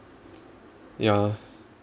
ya